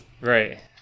right